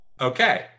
Okay